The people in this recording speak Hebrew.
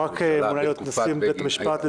ברק --- ברק מונה להיות נשיא בית המשפט העליון,